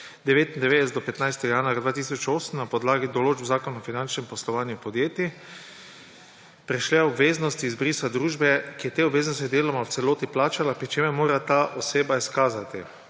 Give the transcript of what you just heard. do 15. januarja 2008 na podlagi določb Zakona o finančnem poslovanju podjetij prešle obveznosti izbrisa družbe, ki je te obveznosti deloma ali v celoti plačala, pri čemer mora ta oseba izkazati,